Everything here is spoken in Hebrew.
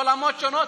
עולמות שונים,